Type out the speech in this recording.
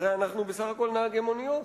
הרי אנחנו בסך הכול נהגי מוניות,